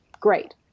great